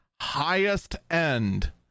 highest-end